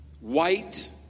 white